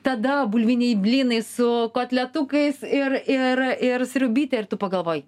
tada bulviniai blynai su kotletukais ir ir ir sriubytė ir tu pagalvoji